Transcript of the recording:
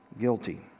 guilty